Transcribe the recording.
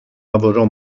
lavorò